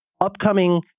upcoming